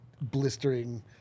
blistering